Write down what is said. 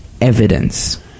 evidence